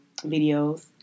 videos